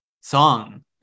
song